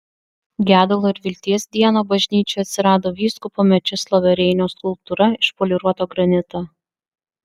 gedulo ir vilties dieną bažnyčioje atsirado vyskupo mečislovo reinio skulptūra iš poliruoto granito